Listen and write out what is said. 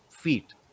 feet